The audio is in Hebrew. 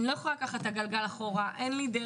אני לא יכולה לקחת את הגלגל לאחור אלא